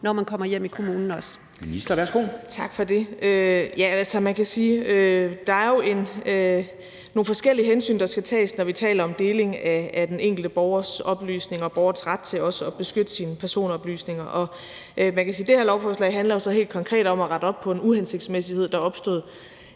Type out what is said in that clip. værsgo. Kl. 11:08 Social- og ældreministeren (Astrid Krag): Man kan sige, at der jo er nogle forskellige hensyn, der skal tages, når vi taler om deling af den enkelte borgers oplysninger og borgerens ret til også at beskytte sine personoplysninger. Det her lovforslag handler jo så helt konkret om at rette op på en uhensigtsmæssighed, der opstod,